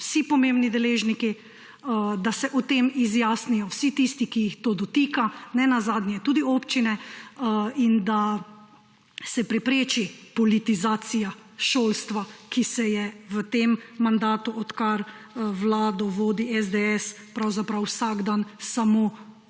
vsi pomembni deležniki, da se o tem izjasnijo vsi tisti, ki se jih to dotika, nenazadnje tudi občine, in da se prepreči politizacija šolstva, ki se v tem mandatu, odkar vlado vodi SDS, pravzaprav vsak dan samo